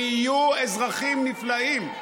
הם יהיו אזרחים נפלאים.